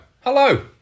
hello